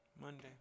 Monday